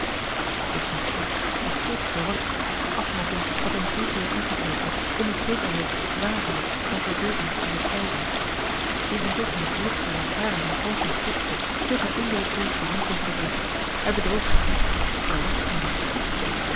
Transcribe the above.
doch zijn geest was te veel verward de afmatting had hem te zeer aangegrepen om met zekerheid waarheid van verbeelding te onderscheiden toen intusschen het licht der lantaarn zijne oogen kwetste hield hij onwillekeurig de hand tegen het licht hij bedroog zich niet er was iemand